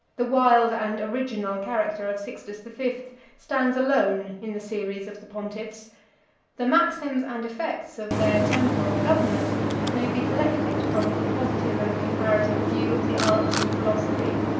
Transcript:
the wild and original character of sixtus the fifth stands alone in the series of the pontiffs the maxims and effects of their temporal government may be collected from the positive and comparative view of the arts and philosophy,